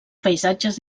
paisatges